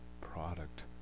product